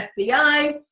FBI